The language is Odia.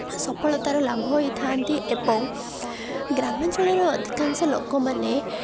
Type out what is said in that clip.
ସଫଳତାର ଲାଭ ହେଇଥାନ୍ତି ଏବଂ ଗ୍ରାମାଞ୍ଚଳର ଅଧିକାଂଶ ଲୋକମାନେ